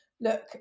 look